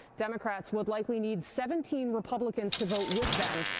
democrats would likely need seventeen republicans to vote with them,